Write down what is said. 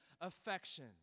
affection